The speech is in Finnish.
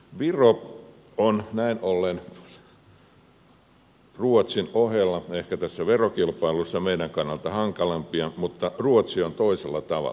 viro on näin ollen ruotsin ohella ehkä tässä verokilpailussa meidän kannaltamme hankalimpia mutta ruotsi on toisella tavalla